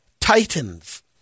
Titans